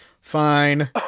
Fine